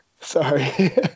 Sorry